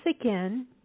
again